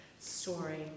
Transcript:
story